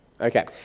Okay